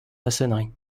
maçonnerie